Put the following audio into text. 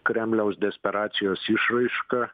kremliaus desperacijos išraiška